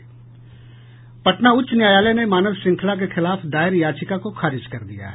पटना उच्च न्यायालय ने मानव श्रृंखला के खिलाफ दायर याचिका को खारिज कर दिया है